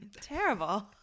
Terrible